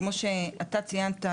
כמו שאתה ציינת,